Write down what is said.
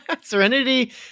Serenity